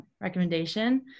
recommendation